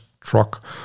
truck